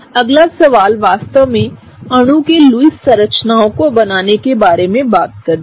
अगला सवाल वास्तव में अणु के लुईस संरचनाओं को बनाने के बारे में बात करता है